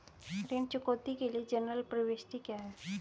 ऋण चुकौती के लिए जनरल प्रविष्टि क्या है?